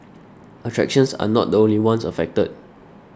attractions are not the only ones affected